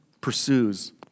pursues